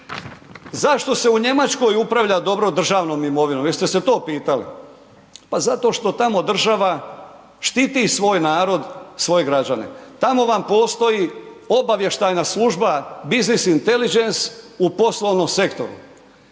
Zašto se u Njemačkoj upravlja dobro državnom imovinom, jeste se to pitali? Pa zato što tamo država štiti svoj narod, svoje građane. Tamo vam postoji obavještajna služba, Business Intelligence u poslovnom sektoru.